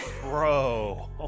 Bro